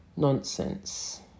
nonsense